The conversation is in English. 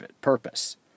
purpose